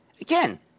Again